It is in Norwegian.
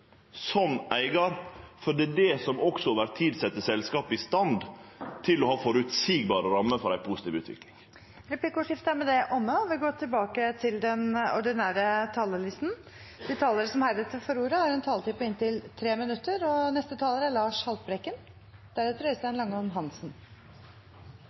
som eigar, for det er det som også over tid set selskapet i stand til å ha føreseielege rammer for ei positiv utvikling. Dermed er replikkordskiftet omme. De talere som heretter får ordet, har en taletid på inntil 3 minutter. Tirsdag kveld, noen timer etter at nyheten om navneskiftet på NSB kom, skulle jeg ta nattoget til Trondheim. Det er